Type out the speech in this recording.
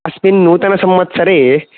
अस्मिन् नूतन संवत्सरे